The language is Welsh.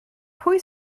pwy